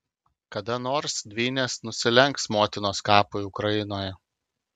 kada nors dvynės nusilenks motinos kapui ukrainoje